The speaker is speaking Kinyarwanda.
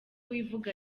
wivuga